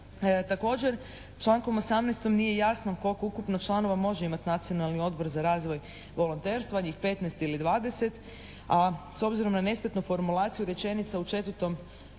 Također člankom 18. nije jasno koliko ukupno članova može imati Nacionalni odbor za razvoj volonterstva njih 15 ili 20, a s obzirom na nespretnu formulaciju rečenica u 4.